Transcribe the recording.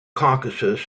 caucasus